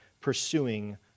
pursuing